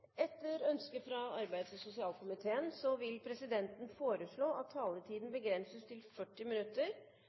Etter ønske fra arbeids- og sosialkomiteen vil presidenten foreslå at taletiden begrenses til 40 minutter